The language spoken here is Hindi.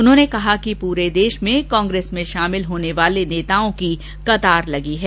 उन्होंने कहा कि पूरे देष में कांग्रेस में शामिल होने वाले नेताओं की कतार लगी है